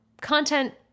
content